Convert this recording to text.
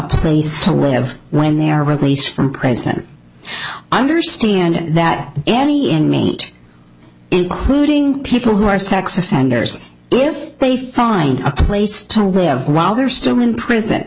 place to live when they are released from prison i understand that any inmate including people who are sex offenders if they find a place to live while we are still in prison